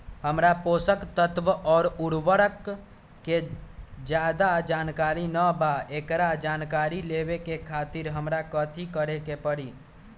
हमरा पोषक तत्व और उर्वरक के ज्यादा जानकारी ना बा एकरा जानकारी लेवे के खातिर हमरा कथी करे के पड़ी?